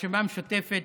הרשימה המשותפת,